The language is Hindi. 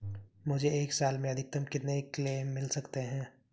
मुझे एक साल में अधिकतम कितने क्लेम मिल सकते हैं?